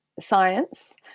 science